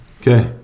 Okay